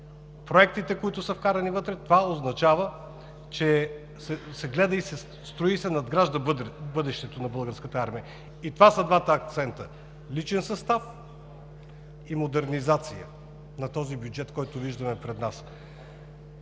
проектите, които са вкарани вътре, това означава, че се строи и се надгражда бъдещето на Българската армия. Това са двата акцента – личен състав и модернизация на бюджета, който виждаме пред нас.